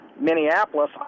Minneapolis